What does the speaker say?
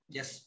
Yes